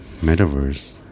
metaverse